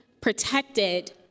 protected